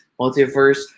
multiverse